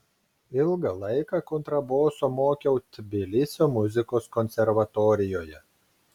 ilgą laiką kontraboso mokiau tbilisio muzikos konservatorijoje